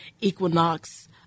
equinox